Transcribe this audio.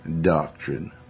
doctrine